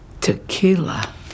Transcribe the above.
Tequila